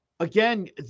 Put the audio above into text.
Again